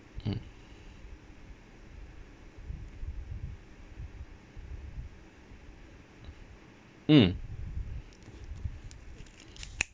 mm mm